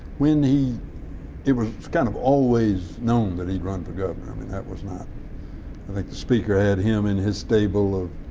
when he it was kind of always known that he'd run for governor. i mean that was not i think the speaker had him in his stable of